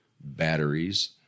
batteries